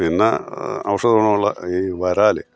പിന്നെ ഔഷധ ഗുണമുള്ള ഈ വരാല്